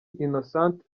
innocente